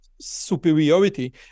superiority